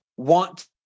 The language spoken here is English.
want